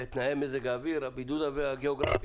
תנאי מזג אוויר, בידוד גיאוגרפי.